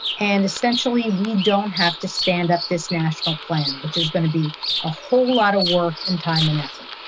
and essentially we don't have to stand up this national plan, which is going to be a whole lot of work and time and effort.